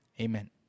Amen